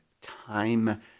time